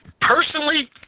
Personally